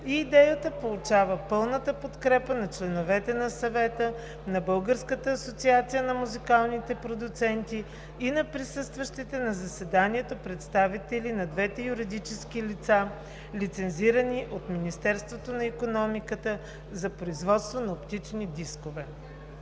и идеята получава пълната подкрепа на членовете на Съвета, на Българската асоциация на музикалните продуценти и на присъстващите на заседанието представители на двете юридически лица, лицензирани от Министерството на икономиката за производство на оптични дискове.